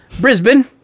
brisbane